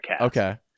Okay